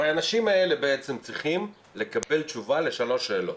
הרי האנשים האלה צריכים לקבל תשובה לשלוש שאלות: